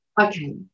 okay